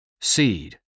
Seed